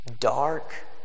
dark